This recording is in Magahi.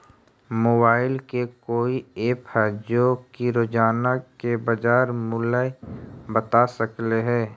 मोबाईल के कोइ एप है जो कि रोजाना के बाजार मुलय बता सकले हे?